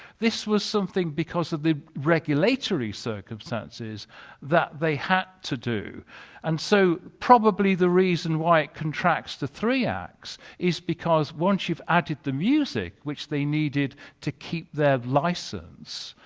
this was something because of the regulatory circumstances that they had to do and so probably the reason why it contracts the three acts is because once you've added the music which they needed to keep their license